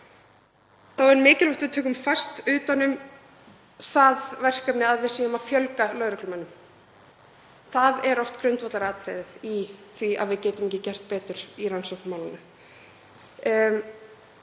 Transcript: Þá er mikilvægt að við tökum fast utan um það verkefni að fjölga lögreglumönnum. Það er oft grundvallaratriðið í því að við getum ekki gert betur í rannsókn mála.